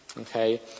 Okay